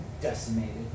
decimated